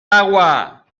agua